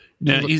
Now